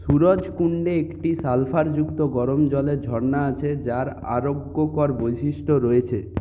সুরজকুন্ডে একটি সালফারযুক্ত গরম জলের ঝর্ণা আছে যার আরোগ্যকর বৈশিষ্ট্য রয়েছে